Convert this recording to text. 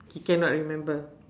he cannot remember